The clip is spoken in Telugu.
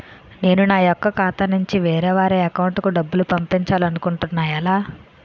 నేను నా యెక్క ఖాతా నుంచి వేరే వారి అకౌంట్ కు డబ్బులు పంపించాలనుకుంటున్నా ఎలా?